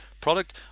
product